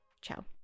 Ciao